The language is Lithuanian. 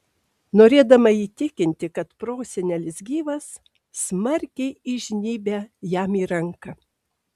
norėdama įtikinti kad prosenelis gyvas smarkiai įžnybia jam į ranką